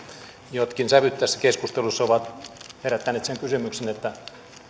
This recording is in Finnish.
jotkin sävyt tässä keskustelussa ovat herättäneet sen kysymyksen